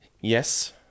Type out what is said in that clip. Yes